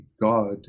god